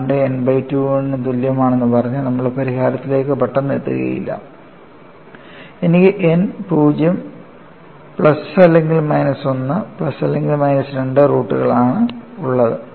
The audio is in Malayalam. ലാംഡയെ n ബൈ 2 ന് തുല്യമാണെന്ന് പറഞ്ഞ് നമ്മൾ പരിഹാരത്തിലേക്ക് പെട്ടെന്ന് എത്തുകയില്ല എനിക്ക് n 0 പ്ലസ് അല്ലെങ്കിൽ മൈനസ് 1 പ്ലസ് അല്ലെങ്കിൽ മൈനസ് 2 റൂട്ടുകളാണുള്ളത്